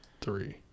three